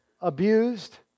abused